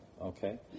Okay